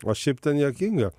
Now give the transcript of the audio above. o šiaip ten juokinga